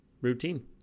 Routine